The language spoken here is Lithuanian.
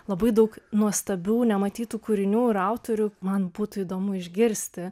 labai daug nuostabių nematytų kūrinių ir autorių man būtų įdomu išgirsti